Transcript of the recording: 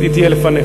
אז היא תהיה לפניך.